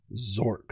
Zork